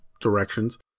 directions